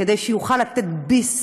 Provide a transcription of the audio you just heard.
כדי שיוכל לתת ביס